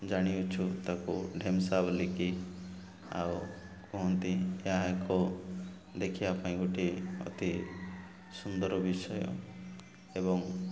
ଜାଣିଅଛୁ ତାକୁ ଢେମସା ବୋଲିକି ଆଉ କୁହନ୍ତି ଏହା ଏକ ଦେଖିବା ପାଇଁ ଗୋଟିଏ ଅତି ସୁନ୍ଦର ବିଷୟ ଏବଂ